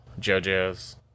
JoJo's